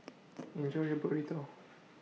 Enjoy your Burrito